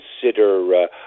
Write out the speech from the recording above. consider